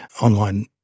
online